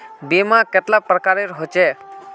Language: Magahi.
बीमा कतेला प्रकारेर होचे?